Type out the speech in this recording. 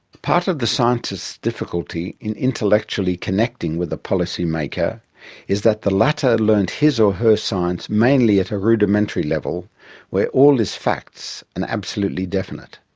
part of the scientist's difficulty in intellectually connecting with the policy-maker is that the latter learned his or her science mainly at a rudimentary level where all is facts and absolutely definite.